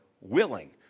willing